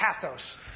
pathos